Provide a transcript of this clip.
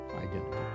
identity